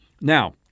Now